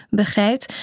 begrijpt